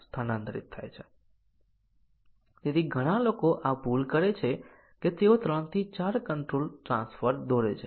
ઉદાહરણ તરીકે ફક્ત આ ઉદાહરણ કે A અથવા E અક્ષર છે